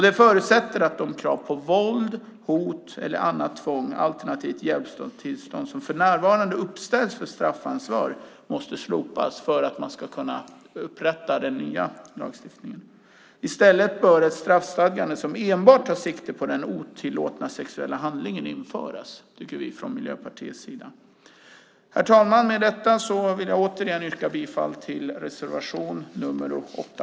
Det förutsätter att de krav på våld, hot eller annat tvång alternativt hjälplöst tillstånd som för närvarande uppställs för straffansvar måste slopas. I stället bör ett straffstadgande som enbart tar sikte på den otillåtna sexuella handlingen införas, tycker vi från Miljöpartiets sida. Herr talman! Med detta vill jag återigen yrka bifall till reservation nr 8.